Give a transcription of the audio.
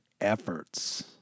efforts